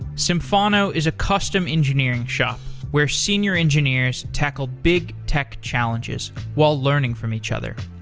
symphono is a custom engineering shop where senior engineers tackle big tech challenges while learning from each other.